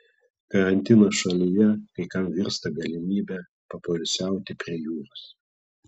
karantinas šalyje kai kam virsta galimybe papoilsiauti prie jūros